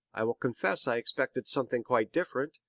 i will confess i expected something quite different,